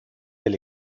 del